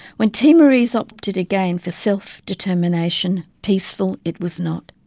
when timorese opted again for self determination, peaceful it was not.